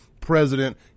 president